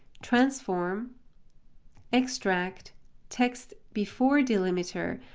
transform extract text before delimiter.